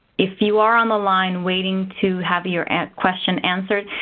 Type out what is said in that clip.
if you are on the line waiting to have your and question answered,